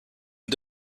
and